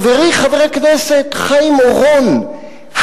חברי חבר הכנסת חיים אורון,